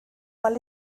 mal